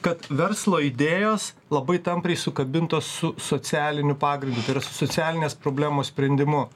kad verslo idėjos labai tampriai sukabintos su socialiniu pagrindu tai yra su socialinės problemos sprendimu